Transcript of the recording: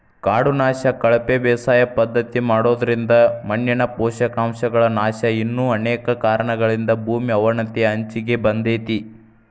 ಕಾಡು ನಾಶ, ಕಳಪೆ ಬೇಸಾಯ ಪದ್ಧತಿ ಮಾಡೋದ್ರಿಂದ ಮಣ್ಣಿನ ಪೋಷಕಾಂಶಗಳ ನಾಶ ಇನ್ನು ಅನೇಕ ಕಾರಣಗಳಿಂದ ಭೂಮಿ ಅವನತಿಯ ಅಂಚಿಗೆ ಬಂದೇತಿ